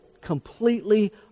completely